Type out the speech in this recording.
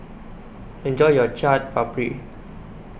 Enjoy your Chaat Papri